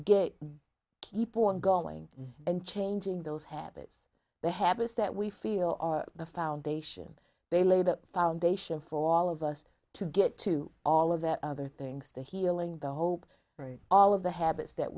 get keep on going and changing those habits the habits that we feel are the foundation they laid the foundation for all of us to get to all of that other things the healing the hope all of the habits that